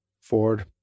Ford